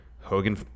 hogan